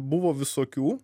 buvo visokių